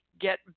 get